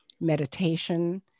meditation